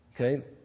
Okay